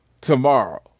tomorrow